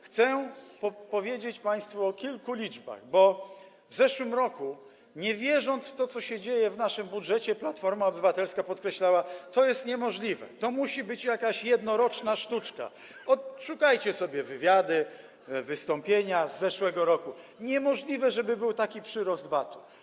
chcę powiedzieć państwu o kilku liczbach, bo w zeszłym roku, nie wierząc w to, co się dzieje w naszym budżecie, Platforma Obywatelska podkreślała, że to jest niemożliwe, że to musi być jakaś jednoroczna sztuczka - odszukajcie sobie wywiady, wystąpienia z zeszłego roku - że niemożliwe, żeby był taki przyrost z VAT-u.